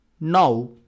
Now